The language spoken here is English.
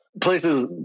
Places